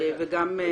וגם --- אפשר?